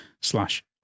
slash